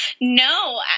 No